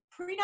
Prenup